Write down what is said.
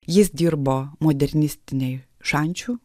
jis dirbo modernistinėj šančių